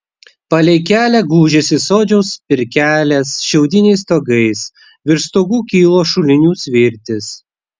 palei kelią gūžėsi sodžiaus pirkelės šiaudiniais stogais virš stogų kilo šulinių svirtys